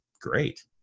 great